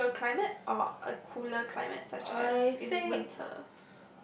tropical climate or a cooler climate such as in winter